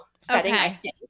setting